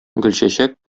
гөлчәчәк